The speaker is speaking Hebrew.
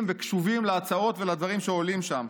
וקשובים להצעות ולדברים שעולים שם.